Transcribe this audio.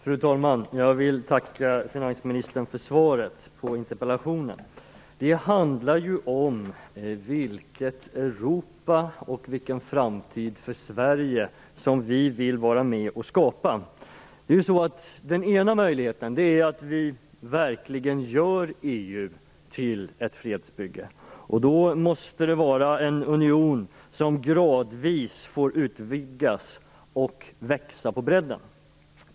Fru talman! Jag vill tacka finansministern för svaret på interpellationen. Det handlar ju om vilket Europa och vilken framtid för Sverige som vi vill vara med och skapa. Den ena möjligheten är att vi verkligen gör EU till ett fredsbygge. Då måste det vara en union som gradvis får utvidgas och växa på bredden.